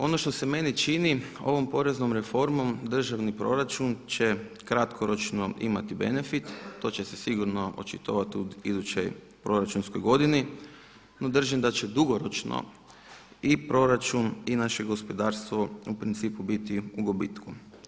Ono što se meni čini ovom poreznom reformom državni proračun će kratkoročno imati benefit, to će se sigurno očitovati u idućoj proračunskoj godini no držim da će dugoročno i proračun i naše gospodarstvo u principu biti u gubitku.